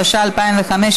התשע"ה 2015,